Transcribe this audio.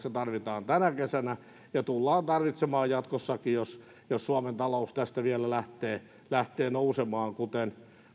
sitä tarvitaan tänä kesänä ja tullaan tarvitsemaan jatkossakin jos jos suomen talous tästä vielä lähtee lähtee nousemaan kuten